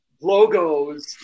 logos